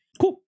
Cool